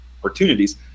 opportunities